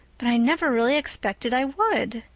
but i never really expected i would.